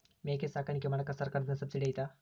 ಮೇಕೆ ಸಾಕಾಣಿಕೆ ಮಾಡಾಕ ಸರ್ಕಾರದಿಂದ ಸಬ್ಸಿಡಿ ಐತಾ?